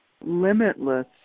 limitless